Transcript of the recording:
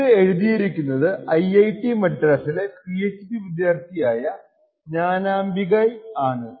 ഇത് എഴുതിയിരിക്കുന്നത് IIT മദ്രാസിലെ PhD വിദ്യാർത്ഥി ആയ ജ്ഞാനാംബികയ് ആണ്